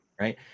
right